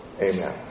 Amen